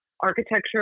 architecture